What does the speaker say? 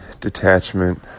detachment